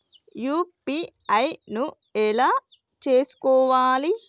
UPI ను ఎలా చేస్కోవాలి?